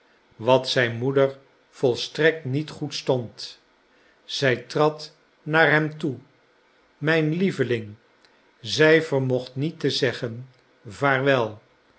wat zijn moeder volstrekt niet goed stond zij trad naar hem toe mijn lieveling zij vermocht niet te zeggen